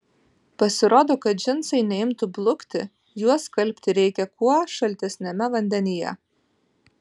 pasirodo kad džinsai neimtų blukti juos skalbti reikia kuo šaltesniame vandenyje